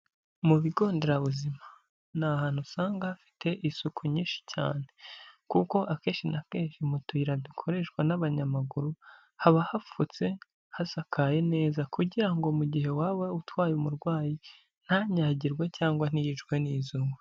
Mu bigo nderabuzima, ni ahantu usanga hafite isuku nyinshi cyane, kuko akenshi na kenshi mu tuyira dukoreshwa n'abanyamaguru, haba hapfutse, hasakaye neza, kugira ngo mu gihe waba utwaye umurwayi ntanyagirwe cyangwa ntiyicwe n'izuba.